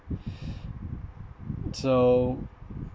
so